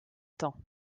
temps